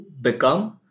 become